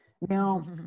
Now